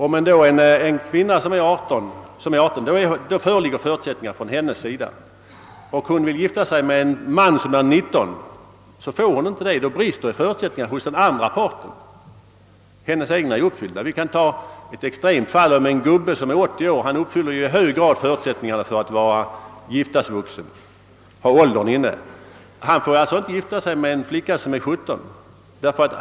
Om kvinnan alltså är 18 föreligger förutsättningar för hennes del, men om hon vill gifta sig med en man som är 19 år får hon inte göra det, eftersom det brister i fråga om förutsättningar då det gäller den manliga parten. Vi kan ta ett extremt fall. En gubbe på 80 år uppfyller ju i hög grad förutsättningarna för att kunna anses giftasvuxen, ty han har åldern inne, men får inte gifta sig med en flicka som är 17 år.